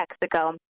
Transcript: Mexico